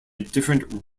different